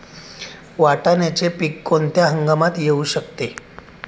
वाटाण्याचे पीक कोणत्या हंगामात येऊ शकते?